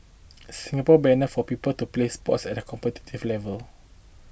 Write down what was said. Singapore banner for people to play sports at a competitive level